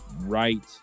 right